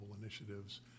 Initiatives